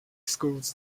schools